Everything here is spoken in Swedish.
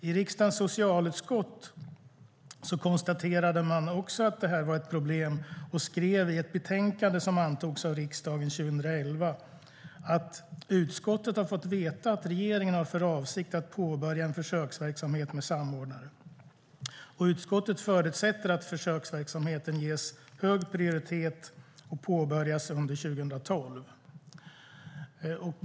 I riksdagens socialutskott konstaterade man också att detta var ett problem och skrev i ett betänkande som antogs av riksdagen 2011: "Utskottet har fått veta att regeringen har för avsikt att påbörja en försöksverksamhet med samordnare. Utskottet förutsätter att försöksverksamheten ges hög prioritet och påbörjas under 2012."